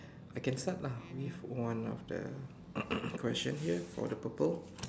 I can start lah with one of the question here for the purple